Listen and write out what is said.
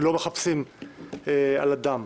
שלא מחפשים על אדם,